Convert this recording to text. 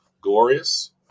Glorious